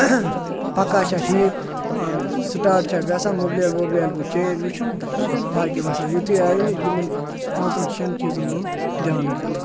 پَکان چھا ٹھیٖک اَہَن حظ سِٹاٹ چھا گَژھان مُبلیل وُبلیل گوٚو چینج وُچھُن تہٕ باقٕے وَسَلام یُتھُے یِمَن پانٛژَن شیٚن چیٖزَن ہُنٛد دھیان ٲسۍزیٚو تھاوان